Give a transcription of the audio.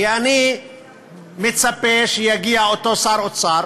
כי אני מצפה שיגיע אותו שר אוצר